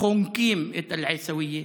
חונקים את עיסאוויה.